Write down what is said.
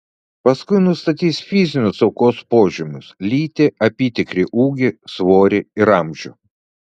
paskui nustatys fizinius aukos požymius lytį apytikrį ūgį svorį ir amžių